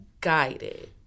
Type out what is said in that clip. guided